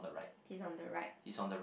he is on the right